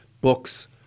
books